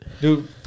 Dude